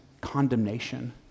condemnation